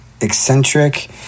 eccentric